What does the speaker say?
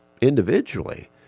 individually